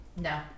No